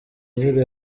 ziri